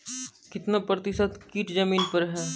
कितना प्रतिसत कीट जमीन पर हैं?